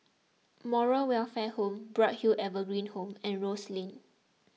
Moral Welfare Home Bright Hill Evergreen Home and Rose Lane